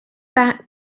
back